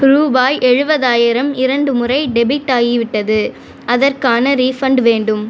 ரூபாய் எழுபதாயிரம் இரண்டு முறை டெபிட் ஆகிவிட்டது அதற்கான ரீஃபண்ட் வேண்டும்